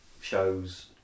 shows